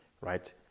right